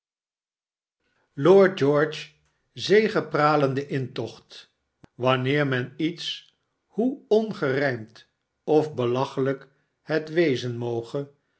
xxxvii lord george's zegepralende intocht wanneer men iets hoe ongerijmd of belachelijk het wezen moge